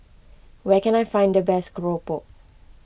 where can I find the best Keropok